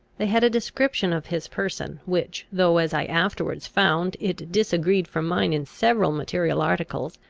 they had a description of his person, which, though, as i afterwards found, it disagreed from mine in several material articles,